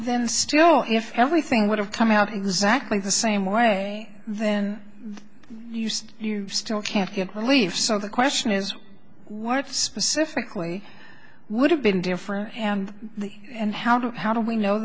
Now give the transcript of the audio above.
then still if everything would have come out exactly the same way then you see you still can't get relief so the question is what specifically would have been different and the and how to how do we know